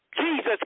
Jesus